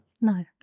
no